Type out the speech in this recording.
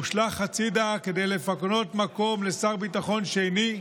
הושלך הצידה כדי לפנות מקום לשר ביטחון שני,